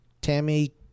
Tammy